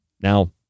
Now